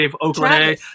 Oakland